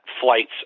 flight's